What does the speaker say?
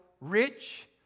rich